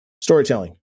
storytelling